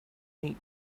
neat